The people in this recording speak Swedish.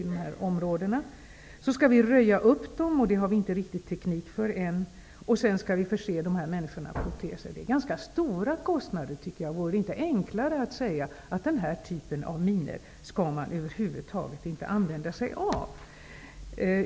Därefter skall de röjas upp, vilket vi inte riktigt har teknik för ännu. Sedan skall vi förse de skadade människorna med proteser. Det är ganska höga kostnader det är fråga om. Vore det då inte enklare att säga att den här typen av minor över huvud taget inte skall användas?